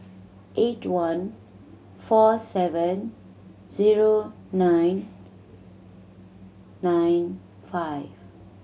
eight one four seven zero nine nine five